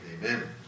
Amen